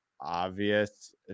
obvious